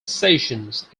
sessions